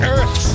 Earth